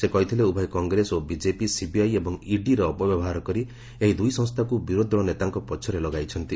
ସେ କହିଥିଲେ ଉଭୟ କଂଗ୍ରେସ ଓ ବିଜେପି ସିବିଆଇ ଏବଂ ଇଡିର ଅପବ୍ୟହାର କରି ଏହି ଦୁଇ ସଂସ୍ଥାକୁ ବିରୋଧୀ ଦଳ ନେତାଙ୍କ ପଛରେ ଲଗାଇଛନ୍ତି